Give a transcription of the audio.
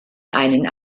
einen